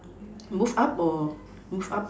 move up or move up